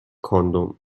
کاندوم